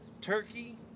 turkey